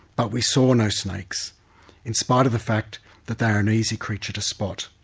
but we saw no snakes in spite of the fact that they are an easy creature to spot,